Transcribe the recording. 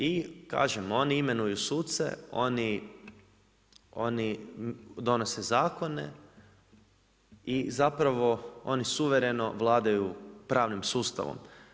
I kažem, oni imenuju suce, oni donose zakone i zapravo oni suvremeno vladaju pravnim sustavom.